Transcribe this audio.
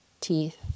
teeth